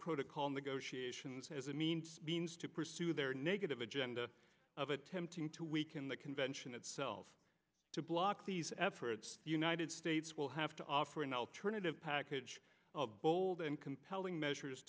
protocol negotiations as a means bean's to pursue their negative agenda of attempting to weaken the convention itself to block these efforts the united states will have to offer an alternative package of bold and compelling measures